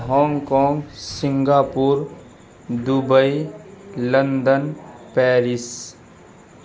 Hong Kong Singapore Dubai London Paris